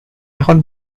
এখন